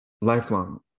lifelong